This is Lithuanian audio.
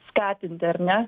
skatinti ar ne